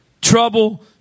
Trouble